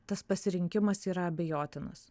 tas pasirinkimas yra abejotinas